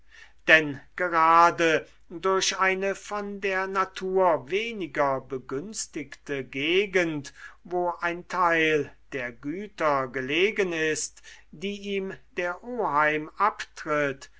denn gerade durch eine von der natur weniger begünstigte gegend wo ein teil der güter gelegen ist die ihm der oheim abtritt